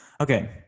Okay